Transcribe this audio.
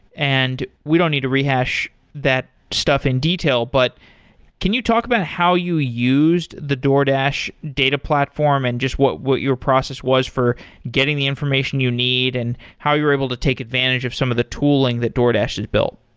and we don't need to rehash that stuff in detail, but can you talk about how you used the doordash data platform and just what what your process was for getting the information you need and how you're able to take advantage of some of the tooling that doordash has built?